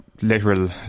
literal